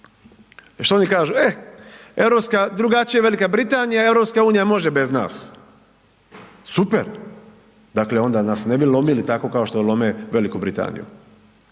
šta oni kažu, e europska, drugačije je Velika Britanija, EU može bez nas, super, dakle onda nas ne bi lomili tako kao što lome Veliku Britaniju,